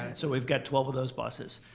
and so we've got twelve of those buses.